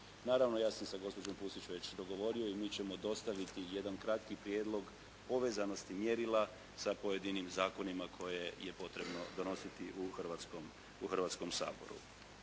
Naravno ja sam sa gospođom Pusić već dogovorio i mi ćemo dostaviti jedan kratki prijedlog povezanosti mjerila sa pojedinim zakonima koje je potrebno donositi u Hrvatskom saboru.